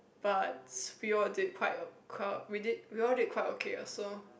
but we all did quite a we did we all did quite okay lah so